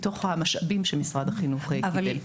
מתוך המשאבים שמשרד החינוך קיבל.